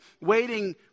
waiting